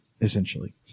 essentially